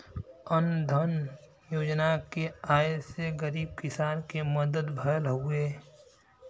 अन्न धन योजना के आये से गरीब किसान के मदद भयल हउवे